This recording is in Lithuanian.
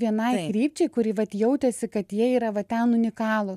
vienai krypčiai kuri vat jautėsi kad jie yra va ten unikalūs